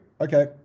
Okay